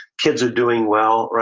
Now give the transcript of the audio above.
kids are doing well,